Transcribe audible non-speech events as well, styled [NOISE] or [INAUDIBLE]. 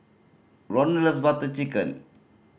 [UNINTELLIGIBLE] love Butter Chicken